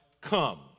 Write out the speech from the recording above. come